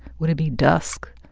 would it be dusk?